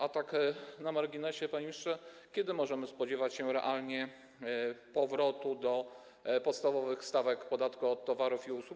A tak na marginesie, panie ministrze, kiedy możemy spodziewać się realnego powrotu do podstawowych stawek podatku od towarów i usług?